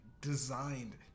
designed